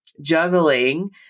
juggling